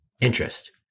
interest